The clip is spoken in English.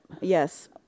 Yes